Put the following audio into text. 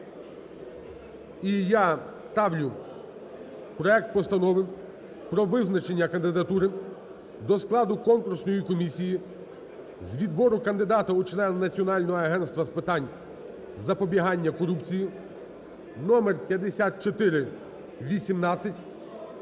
І я ставлю проект Постанови про визначення кандидатури до складу конкурсної комісії з відбору кандидатів у члени Національного агентства з питань запобігання корупції (№5418)